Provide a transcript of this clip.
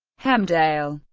hemdale,